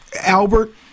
Albert